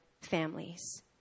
families